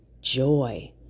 joy